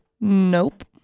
Nope